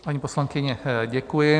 Paní poslankyně, děkuji.